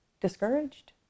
Discouraged